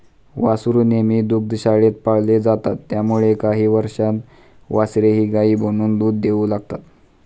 वासरू नेहमी दुग्धशाळेत पाळले जातात त्यामुळे काही वर्षांत वासरेही गायी बनून दूध देऊ लागतात